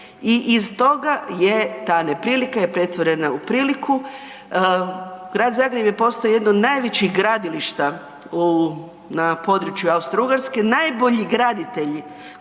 i iz toga je ta neprilika pretvorena u priliku, Grad Zagreb je postao jedan od najvećih gradilišta na području Austro-Ugarske, najbolji graditelji